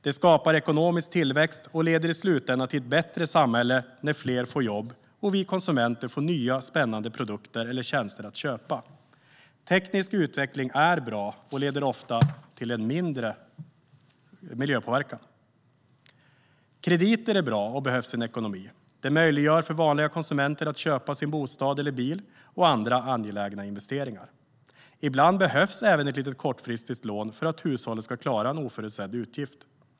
Det skapar ekonomisk tillväxt och leder i slutänden till ett bättre samhälle då fler får jobb, och vi konsumenter får nya spännande produkter eller tjänster att köpa. Teknisk utveckling är bra och leder ofta till mindre miljöpåverkan. Krediter är bra och behövs i en ekonomi. Det möjliggör för vanliga konsumenter att köpa bostad eller bil och göra andra angelägna investeringar. Ibland behövs även ett litet kortfristigt lån för att hushållet ska klara en oförutsedd utgift.